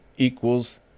equals